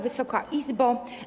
Wysoka Izbo!